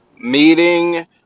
Meeting